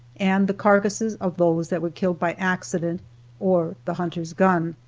and the carcasses of those that were killed by accident or the hunter's gun.